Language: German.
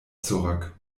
zurück